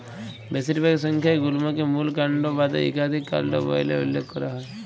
বেশিরভাগ সংখ্যায় গুল্মকে মূল কাল্ড বাদে ইকাধিক কাল্ড ব্যইলে উল্লেখ ক্যরা হ্যয়